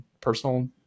personal